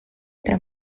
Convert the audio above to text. tra